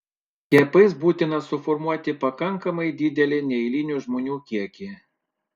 skiepais būtina suformuoti pakankamai didelį neimlių žmonių kiekį